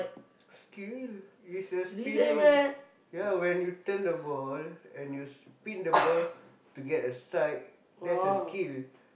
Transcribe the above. skill is a spinning ya when you turn the ball and you spin the ball to get a strike that's a skill